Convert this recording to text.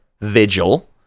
Vigil